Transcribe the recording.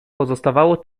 pozostawało